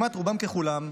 רובם ככולם,